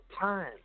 time